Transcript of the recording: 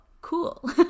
cool